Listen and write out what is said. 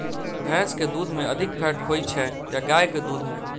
भैंस केँ दुध मे अधिक फैट होइ छैय या गाय केँ दुध में?